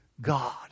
God